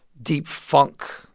deep funk,